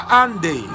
ande